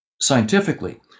scientifically